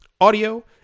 audio